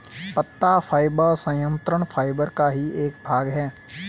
पत्ता फाइबर संयंत्र फाइबर का ही एक भाग है